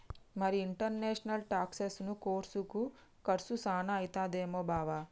మరి ఇంటర్నేషనల్ టాక్సెసను కోర్సుకి కర్సు సాన అయితదేమో బావా